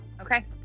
Okay